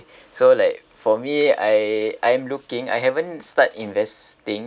so like for me I I'm looking I haven't start investing